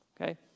okay